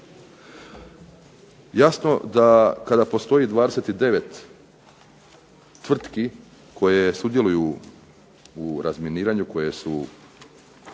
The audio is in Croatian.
Jasno da kada postoji 29 tvrtki koje sudjeluju u razminiranju koje su